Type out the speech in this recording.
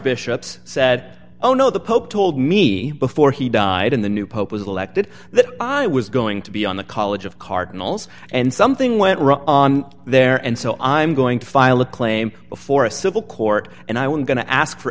bishops said oh no the pope told me before he died in the new pope was elected that i was going to be on the college of cardinals and something went wrong there and so i am going to file a claim before a civil court and i was going to ask for